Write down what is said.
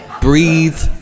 Breathe